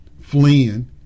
fleeing